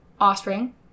offspring